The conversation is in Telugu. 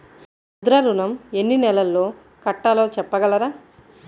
ముద్ర ఋణం ఎన్ని నెలల్లో కట్టలో చెప్పగలరా?